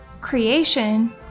Creation